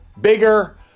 bigger